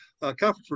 conference